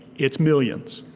it's millions.